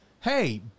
hey